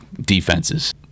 defenses